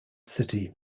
city